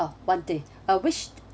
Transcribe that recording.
oh one day uh which